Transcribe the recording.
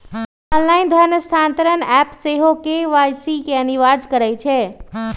online धन स्थानान्तरण app सेहो के.वाई.सी के अनिवार्ज करइ छै